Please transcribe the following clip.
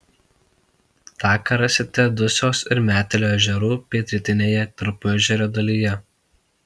taką rasite dusios ir metelio ežerų pietrytinėje tarpuežerio dalyje